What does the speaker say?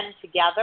together